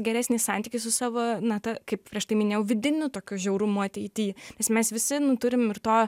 geresnį santykį su savo na ta kaip prieš tai minėjau vidiniu tokiu žiaurumu ateity nes mes visi turim ir to